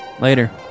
Later